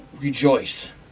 Rejoice